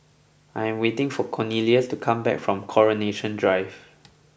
I am waiting for Cornelious to come back from Coronation Drive